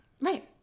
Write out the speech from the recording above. Right